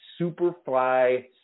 Superfly